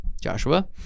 joshua